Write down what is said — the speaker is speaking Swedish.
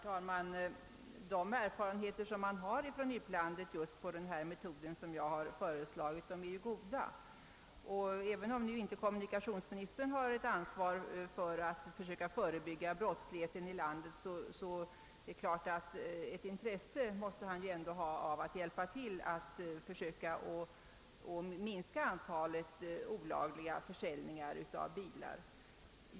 Herr talman! Erfarenheterna från utlandet av den metod som jag föreslagit är goda. även om kommunikationsministern inte har ansvaret för att försöka förebygga brottsligheten i landet måste han ändå ha intresse av att hjälpa till att försöka minska antalet olagliga försäljningar av bilar.